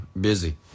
Busy